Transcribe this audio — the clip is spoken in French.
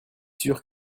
sûr